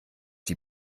die